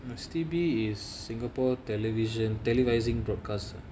S_T_B is singapore television televising broadcast